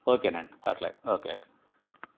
okay నండి అట్లా okay okay